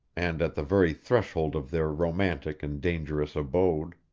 and at the very threshold of their romantic and dangerous abode.